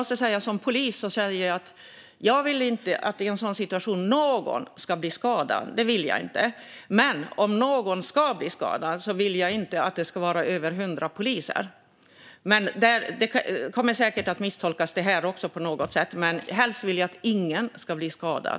Som polis känner jag att jag inte vill att någon ska bli skadad i en sådan situation. Men om någon ska bli skadad vill jag inte att det ska vara över hundra poliser. Detta kommer säkert också att misstolkas på något sätt, men helst vill jag att ingen ska bli skadad.